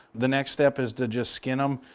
the next step is to just skin him.